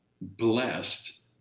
blessed